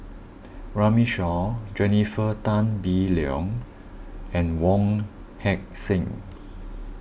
Runme Shaw Jennifer Tan Bee Leng and Wong Heck Sing